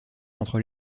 entre